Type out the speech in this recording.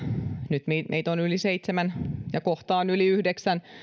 nyt meitä on yli seitsemän ja kohta on yli yhdeksän miljardia